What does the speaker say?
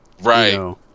Right